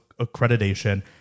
accreditation